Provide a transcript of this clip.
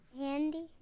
Andy